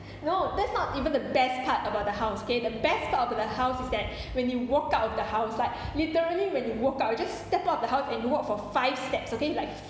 no that's not even the best part about the house okay the best part of the house is that when you walk out of the house like literally when you walk out you just step out of the house and you walk for five steps okay like